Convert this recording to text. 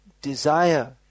desire